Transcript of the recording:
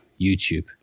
YouTube